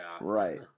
Right